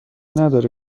نداره